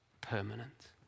permanent